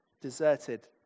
Deserted